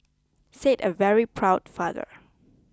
said a very proud father